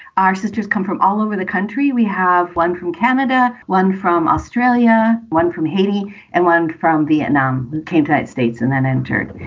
our sisters come from all over the country. we have one from canada, one from australia, one from haiti and one from vietnam who came to the states and then entered.